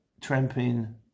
tramping